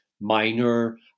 minor